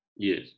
yes